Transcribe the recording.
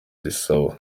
risaba